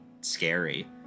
scary